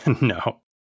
no